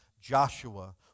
Joshua